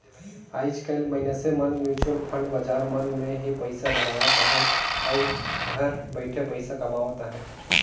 आएज काएल मइनसे मन म्युचुअल फंड बजार मन में ही पइसा लगावत अहें अउ घर बइठे पइसा कमावत अहें